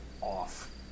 off